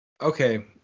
Okay